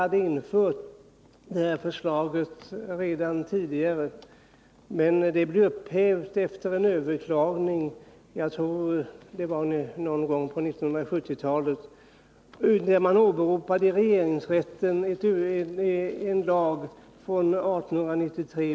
Flera landsting införde redan tidigare systemet, men det blev upphävt närer vid sjukhusefter ett överklagande — jag tror att det var någon gång på 1970-talet — där vård man i regeringsrätten åberopade en lag från 1893.